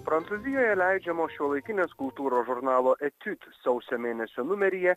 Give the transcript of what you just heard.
prancūzijoje leidžiamo šiuolaikinės kultūros žurnalo etudes sausio mėnesio numeryje